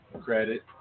credit